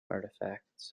artifacts